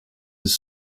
use